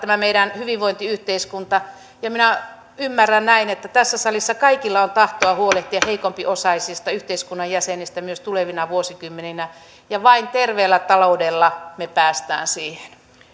tämä meidän hyvinvointiyhteiskunta minä ymmärrän näin että tässä salissa kaikilla on tahtoa huolehtia heikompiosaisista yhteiskunnan jäsenistä myös tulevina vuosikymmeninä ja vain terveellä taloudella me pääsemme siihen